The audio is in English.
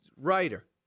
writer